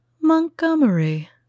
Montgomery